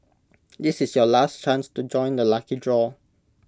this is your last chance to join the lucky draw